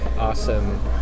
awesome